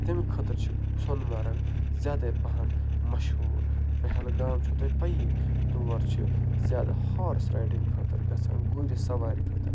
تمہِ خٲطرٕ چھِ سۄنہٕ مرٕگ زیادَے پَہن مشہوٗر پہلگام چھُو تۄہہِ پَیی تور چھِ زیادٕ ہارٕس رایڈِنٛگ خٲطرٕ گژھان گُرۍ سوارِ خٲطرٕ